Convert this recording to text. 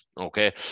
Okay